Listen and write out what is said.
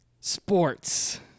Sports